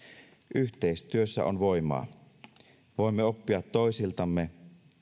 yhteistyössä on voimaa voimme oppia toisiltamme